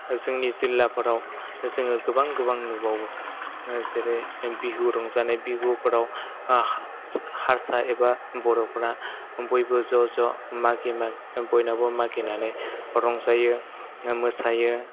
जोंनि जिल्लाफोराव जोङो गोबां गोबां नुबावो जेरै बिहु रंजानाय बिहुफोराव हारसा एबा बर'फ्रा बयबो ज' ज' मागि मागि बयनावबो मागिनानै रंजायो मोसायो